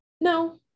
No